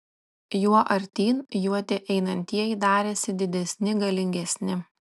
juo artyn juo tie einantieji darėsi didesni galingesni